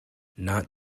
not